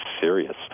serious